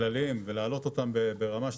כלליים ולהעלות אותם ברמה.